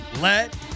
Let